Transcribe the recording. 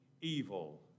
evil